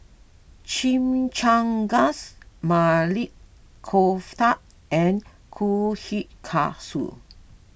Chimichangas Maili Kofta and Kushikatsu